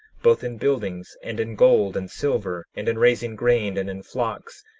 both in buildings, and in gold and silver, and in raising grain, and in flocks,